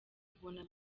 tubona